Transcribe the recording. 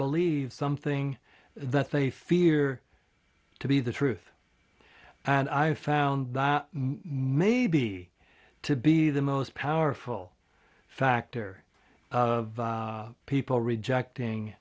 believe something that they fear to be the truth and i found maybe to be the most powerful factor of people rejecting